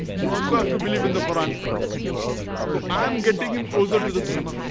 you also have to believe in the quran so i am getting him closer to the truth